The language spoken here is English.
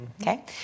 okay